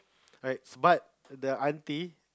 alright but the auntie